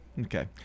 Okay